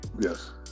Yes